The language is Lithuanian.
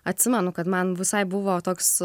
atsimenu kad man visai buvo toks